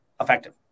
effective